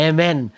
Amen